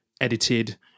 edited